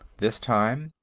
this time,